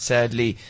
Sadly